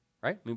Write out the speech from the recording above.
right